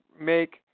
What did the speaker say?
make